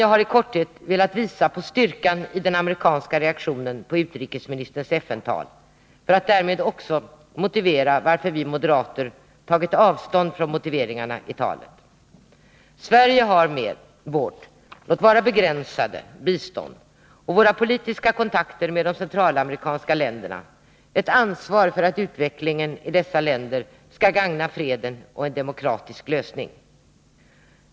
Jag har i korthet velat visa på styrkan i den amerikanska reaktionen på utrikesministerns FN-tal och också motivera varför vi moderater tagit avstånd från formuleringarna i talet. Sverige har, med vårt — låt vara begränsade — bistånd och våra politiska kontakter med de centralamerikanska länderna, ett ansvar för att utvecklingen i dessa länder skall gagna freden och en demokratisk lösning.